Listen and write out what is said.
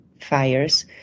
fires